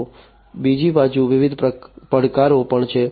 તો બીજી બાજુ વિવિધ પડકારો પણ છે